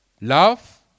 Love